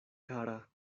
kara